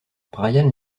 brian